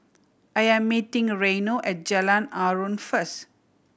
I am meeting Reino at Jalan Aruan first